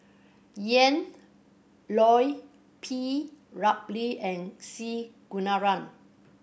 Ian Loy P Ramlee and C Kunalan